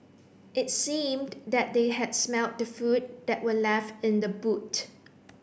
it seemed that they had smelt the food that were left in the boot